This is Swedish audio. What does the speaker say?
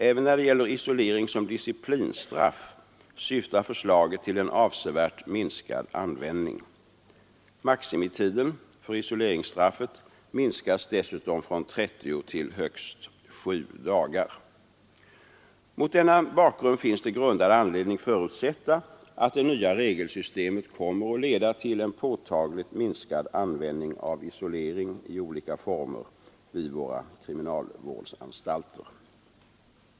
Även när det gäller isolering som disciplinstraff syftar förslaget till en avsevärt minskad användning. Maximitiden för isoleringsstraffet minskar dessutom från 30 till högst 7 dagar. Mot denna bakgrund finns det grundad anledning förutsätta att det nya regelsystemet kommer att leda till en påtagligt minskad användning av isolering i olika former vid våra kriminalvårdsanstalter.